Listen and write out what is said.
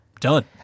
Done